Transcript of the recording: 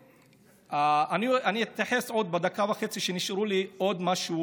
אני אתייחס בדקה וחצי שנשארו לי לעוד משהו